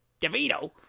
DeVito